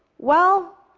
well,